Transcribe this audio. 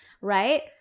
right